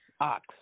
Ox